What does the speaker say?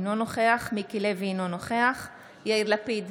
אינו נוכח מיקי לוי, אינו נוכח יאיר לפיד,